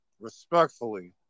Respectfully